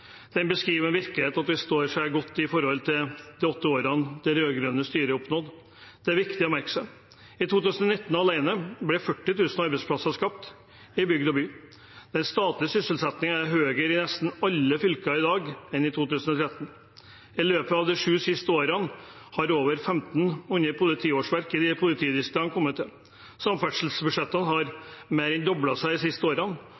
Den beskriver en virkelighet som står seg godt i forhold til det det rød-grønne styret oppnådde på åtte år. Det er viktig å merke seg. I 2019 alene ble 40 000 arbeidsplasser skapt i bygd og by. Den statlige sysselsettingen er i nesten alle fylker høyere i dag enn i 2013. I løpet av de sju siste årene har over 1 500 politiårsverk i politidistriktene kommet til. Samferdselsbudsjettene har